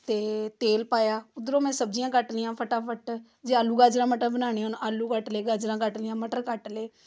ਅਤੇ ਤੇਲ ਪਾਇਆ ਉੱਧਰੋਂ ਮੈਂ ਸਬਜ਼ੀਆਂ ਕੱਟ ਲਈਆਂ ਫਟਾਫਟ ਜੇ ਆਲੂ ਗਾਜਰਾਂ ਮਟਰ ਬਣਾਉਣੇ ਹੋਣ ਆਲੂ ਕੱਟ ਲਏ ਗਾਜਰਾਂ ਕੱਟ ਲਈਆਂ ਮਟਰ ਕੱਟ ਲਏ